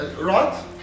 Right